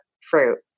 fruit